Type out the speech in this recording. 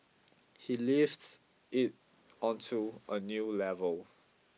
he lifts it onto a new level